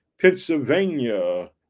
Pennsylvania